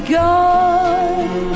gone